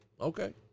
Okay